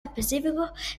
específicos